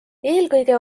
eelkõige